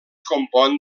compon